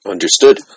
Understood